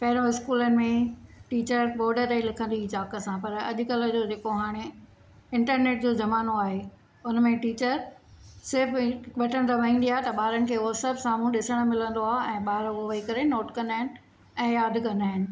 पहिरों स्कूलनि में टीचर बोर्ड ते लिखंदी हुई चॉक सां पर अॼु कल्ह जो जेको हाणे इंटरनेट जो ज़मानो आहे उन में टीचर सिर्फ़ु हिकु बटणु दॿाईंदी आहे त ॿारनि खे उहो सभु साम्हूं ॾिसण मिलंदो आहे ऐं ॿार उहो वेही करे नोट कंदा आहिनि ऐं यादि कंदा आहिनि